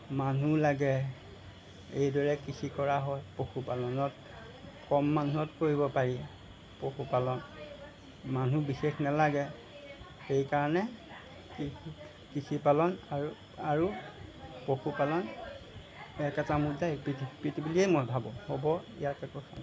মানুহ লাগে এইদৰে কৃষি কৰা হয় পশুপালনত কম মানুহত কৰিব পাৰি পশুপালন মানুহ বিশেষ নালাগে সেইকাৰণে কৃষি কৃষিপালন আৰু আৰু পশুপালন একেটা মুদ্ৰাৰ ইপিঠি সিপিঠি বুলিয়েই মই ভাবোঁ হ'ব ইয়াকে কৈছোঁ